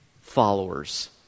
followers